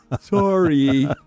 Sorry